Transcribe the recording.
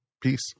Peace